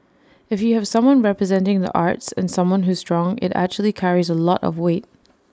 if you have someone representing the arts and someone who's strong IT actually carries A lot of weight